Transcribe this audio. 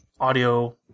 audio